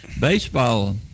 baseball